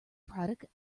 product